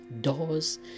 doors